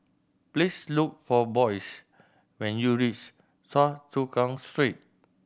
please look for Boyce when you reach Choa Chu Kang Street